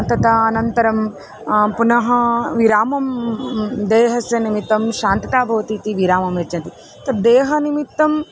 तथा अनन्तरं पुनः विरामं देहस्य निमित्तं शान्तता भवति इति विरामं यच्छन्ति तद् देहनिमित्तम्